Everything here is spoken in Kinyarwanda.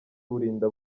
burinda